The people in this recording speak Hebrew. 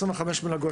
מלגות,